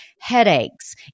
headaches